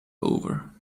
over